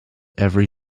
every